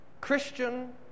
Christian